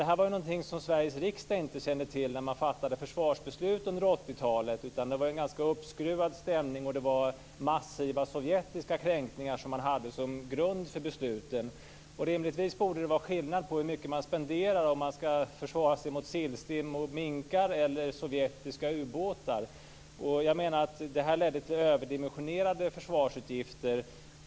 Detta var något som Sveriges riksdag inte kände till när man fattade försvarsbeslut under 80-talet. Det var en ganska uppskruvad stämning, och det var massiva sovjetiska kränkningar som man hade som grund för besluten. Rimligtvis borde det vara skillnad mellan hur mycket man spenderar om man ska försvara sig mot sillstim, mot minkar eller mot sovjetiska ubåtar. Jag menar att detta ledde till överdimensionerade försvarsutgifter.